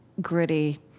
gritty